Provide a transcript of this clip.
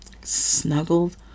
snuggled